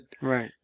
Right